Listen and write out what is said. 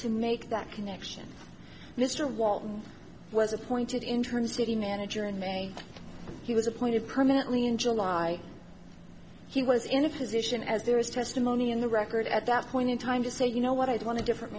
to make that connection mr walton was appointed interim city manager in may he was appointed permanently in july he was in a position as there is testimony in the record at that point in time to say you know what i want to different